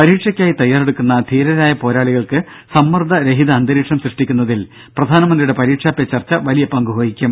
പരീക്ഷയ്ക്കായി തയാറെടുക്കുന്ന ധീരരായ പോരാളികൾക്ക് സമ്മർദ്ദ രഹിത അന്തരീക്ഷം സൃഷ്ടിക്കുന്നതിൽ പ്രധാനമന്ത്രിയുടെ പരീക്ഷാ പെ ചർച്ച വലിയ പങ്കുവഹിക്കും